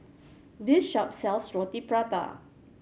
this shop sells Roti Prata